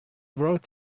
wrote